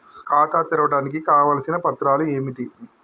ఖాతా తెరవడానికి కావలసిన పత్రాలు ఏమిటి?